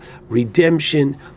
redemption